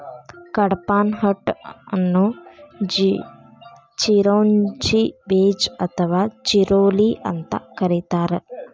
ಕಡ್ಪಾಹ್ನಟ್ ಅನ್ನು ಚಿರೋಂಜಿ ಬೇಜ ಅಥವಾ ಚಿರೋಲಿ ಅಂತ ಕರೇತಾರ